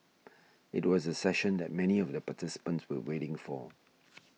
it was the session that many of the participants were waiting for